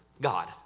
God